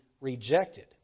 rejected